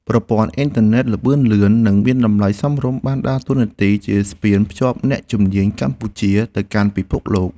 ប្រព័ន្ធអ៊ីនធឺណិតល្បឿនលឿន និងមានតម្លៃសមរម្យបានដើរតួនាទីជាស្ពានភ្ជាប់អ្នកជំនាញកម្ពុជាទៅកាន់ពិភពលោក។